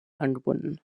angebunden